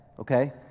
okay